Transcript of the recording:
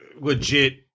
legit